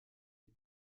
est